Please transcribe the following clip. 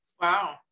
Wow